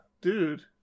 dude